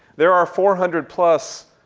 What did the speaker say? there are four hundred plus